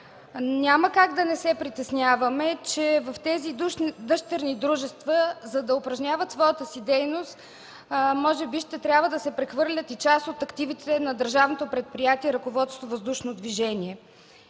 Няма как да не се притесняваме, че в тези дъщерни дружества, за да упражняват своята си дейност, може би ще трябва да се прехвърлят и част от активите на Държавното предприятие